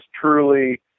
truly